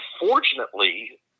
unfortunately